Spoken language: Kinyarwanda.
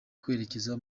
kwerekeza